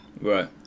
Right